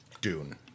dune